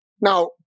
Now